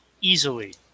easily